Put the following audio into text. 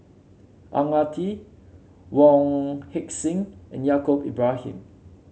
Ang Ah Tee Wong Heck Sing and Yaacob Ibrahim